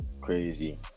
crazy